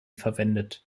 verwendet